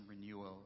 renewal